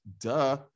duh